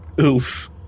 Oof